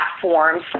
platforms